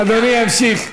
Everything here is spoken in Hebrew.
אדוני ימשיך.